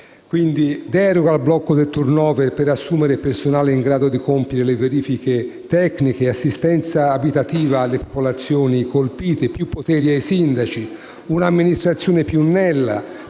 Italia: deroga al blocco del *turnover* per assumere personale in grado di compiere le verifiche tecniche e assistenza abitativa alle popolazioni colpite; più poteri ai sindaci; un'amministrazione più snella;